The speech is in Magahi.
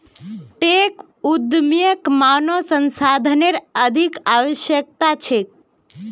टेक उद्यमक मानव संसाधनेर अधिक आवश्यकता छेक